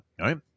right